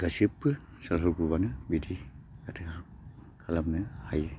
गासैबो self help ग्रुपआनो बिदि खालामनो हायो